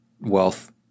wealth